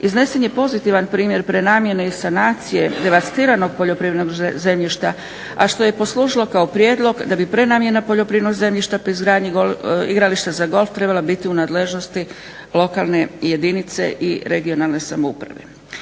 Iznesen je pozitivan primjer prenamjene i sanacije devastiranog poljoprivrednog zemljišta a što je poslužilo kao prijedlog da bi prenamjena poljoprivrednog zemljišta pri izgradnji igrališta za golf trebala biti u nadležnosti lokalne jedinice i regionalne samouprave.